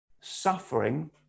Suffering